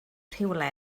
rhywle